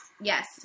Yes